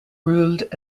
ruled